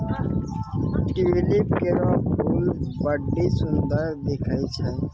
tulip केरो फूल बड्डी सुंदर दिखै छै